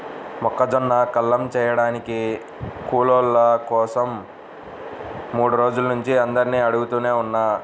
మొక్కజొన్న కల్లం చేయడానికి కూలోళ్ళ కోసరం మూడు రోజుల నుంచి అందరినీ అడుగుతనే ఉన్నా